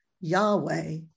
Yahweh